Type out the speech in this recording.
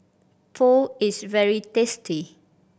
pho is very tasty